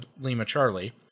Lima-Charlie